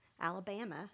Alabama